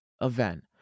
event